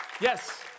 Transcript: Yes